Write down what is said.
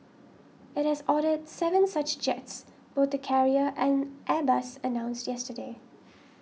it has ordered seven such jets both the carrier and Airbus announced yesterday